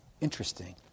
Interesting